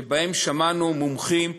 שבהן שמענו מומחים,